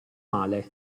male